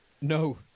No